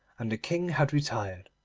and the king had retired.